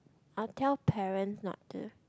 I will tell parents not the